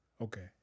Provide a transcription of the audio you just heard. okay